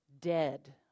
dead